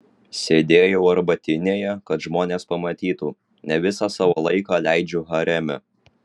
sėdėjau arbatinėje kad žmonės pamatytų ne visą savo laiką leidžiu hareme